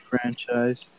franchise